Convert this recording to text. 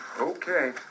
Okay